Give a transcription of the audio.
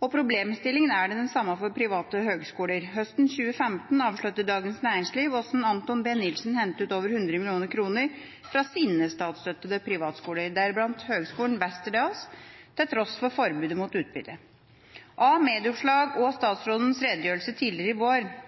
og problemstillingen er den samme for private høyskoler. Høsten 2015 avslørte Dagens Næringsliv hvordan Anthon B. Nilsen hentet ut over 100 mill. kr fra sine statsstøttede privatskoler, deriblant høgskolen Westerdals, til tross for forbudet mot utbytte. Av medieoppslag og statsrådens redegjørelse tidligere i